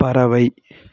பறவை